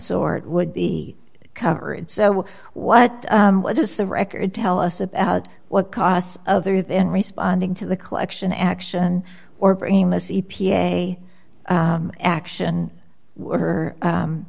sort would be covered so what does the record tell us about what costs other then responding to the collection action or prima c p a action or